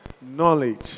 knowledge